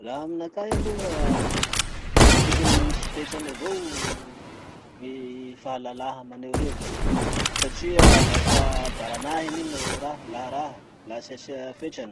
Laha aminakahy aloha, tokony misy fetrany avao ny fahalalaha maneho hevitry satria lasa baranahiny io no raha, laha raha, laha tsy asia fetrany.